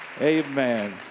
Amen